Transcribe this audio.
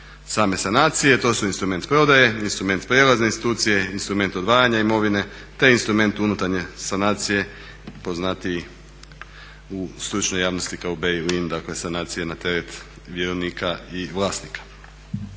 same sanacije. To su instrument prodaje, instrument prijelazne institucije, instrument odvajanja imovine te instrument unutarnje sanacije poznatiji u stručnoj javnosti kao …/Govornik se ne razumije./… dakle sanacije na teret vjerovnika i vlasnika.